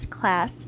class